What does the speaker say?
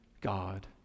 God